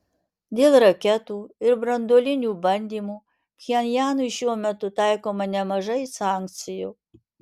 dėl raketų ir branduolinių bandymų pchenjanui šiuo metu taikoma nemažai sankcijų